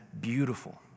beautiful